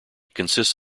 consists